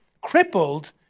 crippled